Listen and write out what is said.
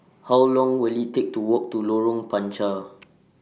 How Long Will IT Take to Walk to Lorong Panchar